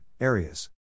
areas